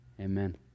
Amen